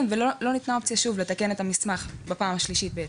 ולא ניתנה שוב אופציה לתקן את המסמך בפעם השלישית.